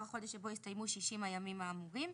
החודש שבו הסתיימו 60 הימים האמורים,